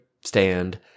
stand